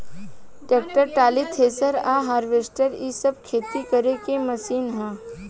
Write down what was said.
tractor, trolley, thresher आ harvester इ सब खेती करे के मशीन ह